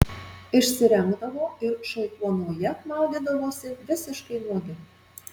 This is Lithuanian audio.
išsirengdavo ir šaltuonoje maudydavosi visiškai nuogi